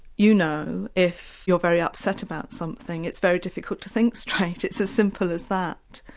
you know, if you're very upset about something it's very difficult to think straight, it's as simple as that.